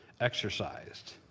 exercised